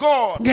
God